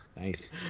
Nice